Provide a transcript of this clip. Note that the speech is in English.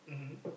mmhmm